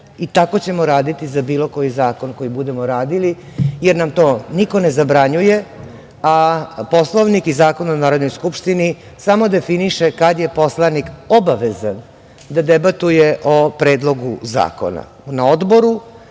Tako ćemo raditi za bilo koji zakon koji budemo radili, jer nam to niko ne zabranjuje, a Poslovnik i Zakon o Narodnoj skupštini samo definiše kada je poslanik obavezan da debatuje o predlogu zakona, na Odboru